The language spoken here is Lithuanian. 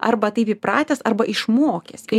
arba taip įpratęs arba išmokęs kai